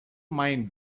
mind